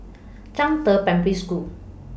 Zhangde Primary School